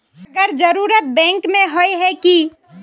अगर जरूरत बैंक में होय है की?